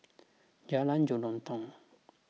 Jalan Jelutong